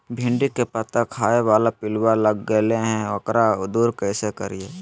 भिंडी के पत्ता खाए बाला पिलुवा लग गेलै हैं, एकरा दूर कैसे करियय?